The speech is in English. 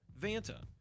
Vanta